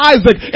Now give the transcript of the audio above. Isaac